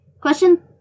Question